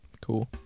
Cool